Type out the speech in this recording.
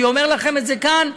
אני אומר לכם את זה כאן,